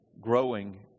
growing